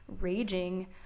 raging